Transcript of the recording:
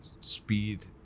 speed